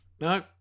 No